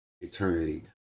eternity